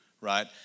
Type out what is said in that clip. right